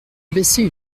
baisser